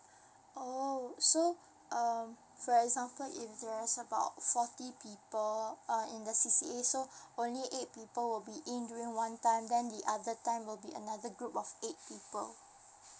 oh so um for example if there is about fourty people uh in the C C A so only eight people will be in during one time then the other time will be another group of eight people